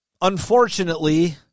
unfortunately